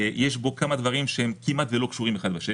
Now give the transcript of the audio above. יש בו כמה דברים שכמעט לא קשורים זה בזה.